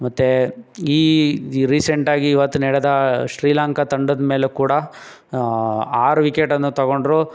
ಮತ್ತು ಈ ರಿಸೆಂಟಾಗಿ ಇವತ್ತು ನಡೆದ ಶ್ರೀಲಂಕಾ ತಂಡದ ಮೇಲೂ ಕೂಡ ಆರು ವಿಕೆಟನ್ನು ತೊಗೊಂಡರು